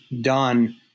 done